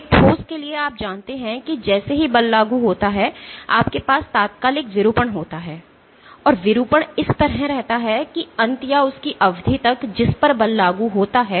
एक ठोस के लिए आप जानते हैं कि जैसे ही बल लागू होता है आपके पास तात्कालिक विरूपण होता है और विरूपण इस तरह रहता है कि अंत या उस अवधि तक जिस पर बल लागू होता है